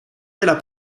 della